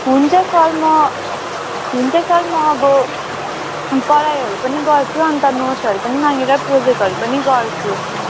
हुन्छ सर म हुन्छ सर म अब पढाइहरू पनि गर्छु अन्त नोट्सहरू पनि मागेर प्रोजेक्टहरू पनि गर्छु